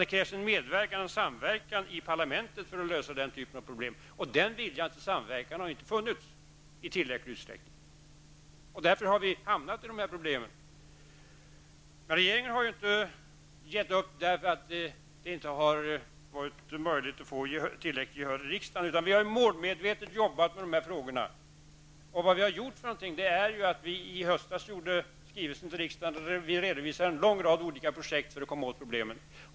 Det krävs en medverkan och samverkan i parlamentet för att lösa den typen av problem. Men viljan till samverkan har inte funnits i tillräcklig utsträckning. Därför har vi fått dessa problem. Men vi i regeringen har inte gett upp därför att det inte har varit möjligt att få tillräckligt gehör i riksdagen, utan vi har målmedvetet jobbat med dessa frågor. Och vi har gjort en hel del. Bl.a. redovisade vi i en skrivelse till riksdagen en lång rad olika projekt för att komma åt problemen.